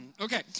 Okay